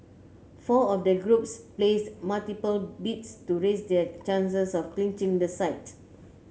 four of the groups placed multiple bids to raise their chances of clinching the site